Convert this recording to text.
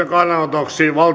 kannanoton